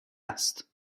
است